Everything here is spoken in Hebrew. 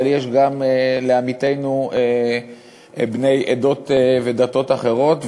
אבל יש גם לעמיתינו בני עדות ודתות אחרות,